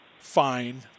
Fine